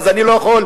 אז אני לא יכול,